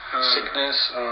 sickness